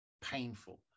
painful